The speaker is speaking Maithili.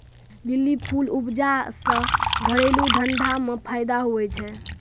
लीली फूल उपजा से घरेलू धंधा मे फैदा हुवै छै